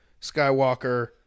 Skywalker